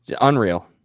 unreal